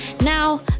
Now